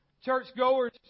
churchgoers